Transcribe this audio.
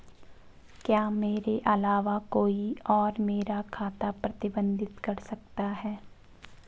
क्या मेरे अलावा कोई और मेरा खाता प्रबंधित कर सकता है?